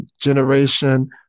Generation